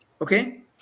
Okay